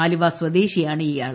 ആലുവ സ്വദേശിയാണ് ഇയാൾ